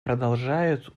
продолжают